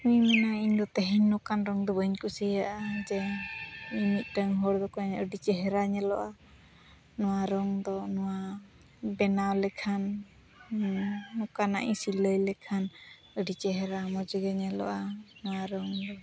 ᱩᱱᱤ ᱢᱮᱱᱟᱭ ᱤᱧᱫᱚ ᱛᱮᱦᱮᱧ ᱱᱚᱝᱠᱟᱱ ᱨᱚᱝ ᱫᱚ ᱵᱟᱹᱧ ᱠᱩᱥᱤᱭᱟᱜᱼᱟ ᱡᱮ ᱤᱧ ᱢᱤᱫᱴᱟᱝ ᱦᱚᱲ ᱫᱚᱠᱟᱱᱨᱮ ᱟᱹᱰᱤ ᱪᱮᱦᱨᱟ ᱧᱮᱞᱚᱜᱼᱟ ᱱᱚᱣᱟ ᱨᱚᱝ ᱫᱚ ᱱᱚᱣᱟ ᱵᱮᱱᱟᱣ ᱞᱮᱠᱷᱟᱱ ᱱᱚᱝᱠᱟᱱᱟᱜ ᱤᱧ ᱥᱤᱞᱟᱹᱭ ᱞᱮᱠᱷᱟᱱ ᱟᱹᱰᱤ ᱪᱮᱦᱨᱟ ᱢᱚᱡᱽᱜᱮ ᱧᱮᱞᱚᱜᱼᱟ ᱱᱚᱣᱟ ᱨᱚᱝ ᱫᱚ